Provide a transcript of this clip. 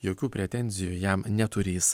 jokių pretenzijų jam neturintis